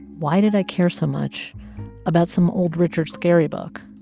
why did i care so much about some old richard scarry book?